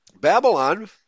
Babylon